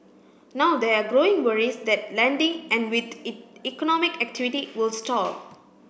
now there are growing worries that lending and with it economic activity will stall